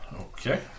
Okay